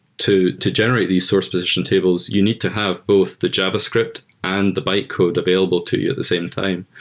to to generate these source position tables, you need to have both the javascript and the bytecode available to you at the same time.